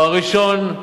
תואר ראשון,